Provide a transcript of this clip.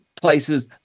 places